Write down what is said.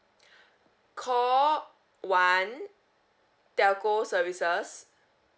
call one telco services